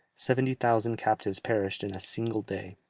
seventy thousand captives perished in a single day.